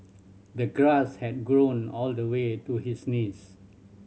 the grass had grown all the way to his knees